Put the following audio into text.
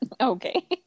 Okay